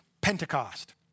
Pentecost